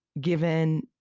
given